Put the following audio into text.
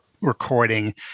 recording